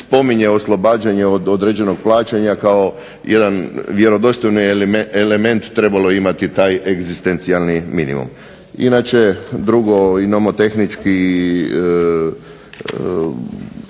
spominje oslobađanje od određenog plaćanja kao jedan vjerodostojni element trebalo imati taj egzistencijalni minimum. Inače, drugo i nomotehnički